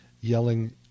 yelling